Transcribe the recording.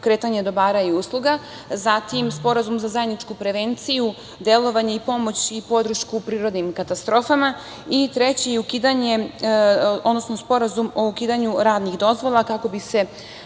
kretanja dobara i usluga. Zatim, Sporazum za zajedničku prevenciju, delovanje i pomoć i podršku prirodnim katastrofama. Treći je Sporazum o ukidanju radnih dozvola kako bi se